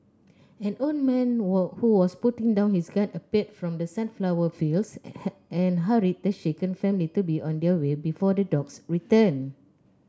an old man were who was putting down his gun appeared from the sunflower fields and and hurried the shaken family to be on their way before the dogs return